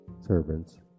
servants